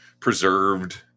preserved